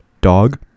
dog